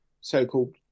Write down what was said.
so-called